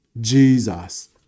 Jesus